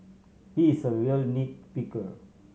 he is a real nit picker